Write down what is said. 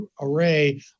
array